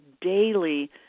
daily